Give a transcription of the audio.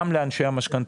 גם לאנשי המשכנתאות.